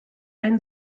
einen